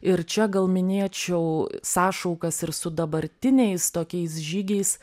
ir čia gal minėčiau sąšaukas ir su dabartiniais tokiais žygiais